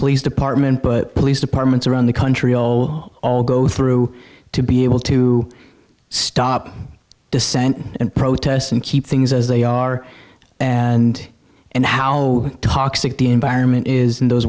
police department but police departments around the country oh all go through to be able to stop dissent and protest and keep things as they are and and how toxic the environment is in those